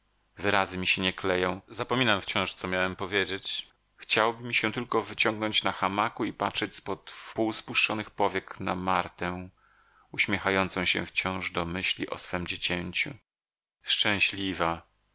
wyrazy mi się nie kleją zapominam wciąż co miałem powiedzieć chciałoby mi się tylko wyciągnąć na hamaku i patrzyć z pod wpół spuszczonych powiek na martę uśmiechającą się wciąż do myśli o swem dziecięciu szczęśliwa